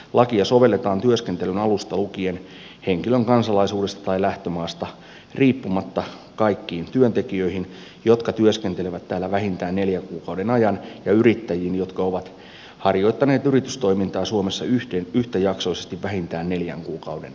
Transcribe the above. lakia sovelletaan työskentelyn alusta lukien henkilön kansalaisuudesta tai lähtömaasta riippumatta kaikkiin työntekijöihin jotka työskentelevät täällä vähintään neljän kuukauden ajan ja yrittäjiin jotka ovat harjoittaneet yritystoimintaa suomessa yhtäjaksoisesti vähintään neljän kuukauden ajan